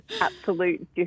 absolute